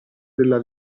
della